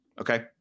Okay